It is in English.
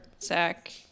Zach